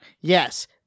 Yes